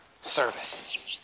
service